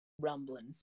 rumbling